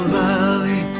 valley